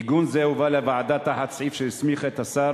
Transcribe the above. עיגון זה הובא לוועדה תחת סעיף שהסמיך את השר